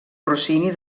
rossini